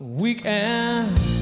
weekend